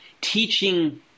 teaching